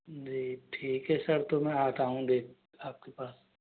जी ठीक है सर तो मैं आता हूँ देख आपके पास